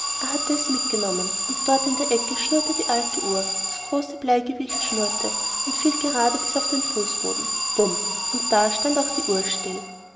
hatte es mitgenommen und dort in der ecke schnurrte die alte uhr das große bleigewicht schnurrte und fiel gerade bis auf den fußboden bum und da stand auch die uhr still